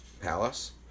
Palace